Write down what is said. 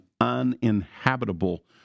uninhabitable